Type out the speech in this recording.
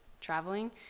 traveling